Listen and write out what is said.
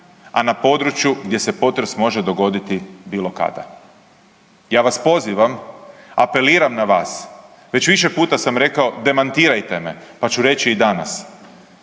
a na području gdje se potres može dogoditi bilo kada. Ja vas pozivam, apeliram na vas, već više puta sam rekao demantirajte me, pa ću reći i danas,